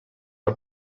per